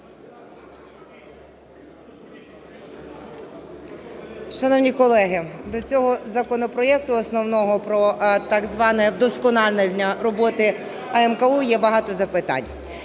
Шановні колеги, до цього законопроекту основного про так зване вдосконалення роботи АМКУ, є багато запитань.